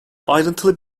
ayrıntılı